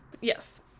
Yes